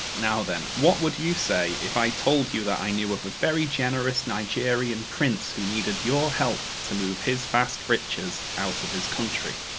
now then, what would you say if i told you, that i knew of a very generous nigerian prince, who needed your help, to move his vast riches out of his country?